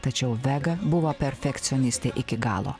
tačiau vega buvo perfekcionistė iki galo